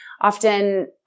often